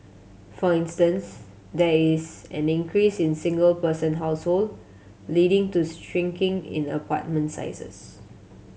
for instance there is an increase in single person household leading to shrinking in the apartment sizes